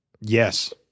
Yes